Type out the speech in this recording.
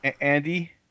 Andy